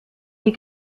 die